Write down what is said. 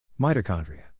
Mitochondria